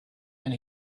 and